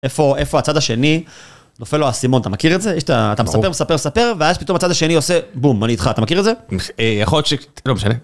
איפה, איפה הצד השני? נופל לו הסימון, אתה מכיר את זה? אתה מספר, מספר, מספר, ואז פתאום הצד השני עושה בום, אני איתך, אתה מכיר את זה? אה, יכול להיות ש... לא משנה.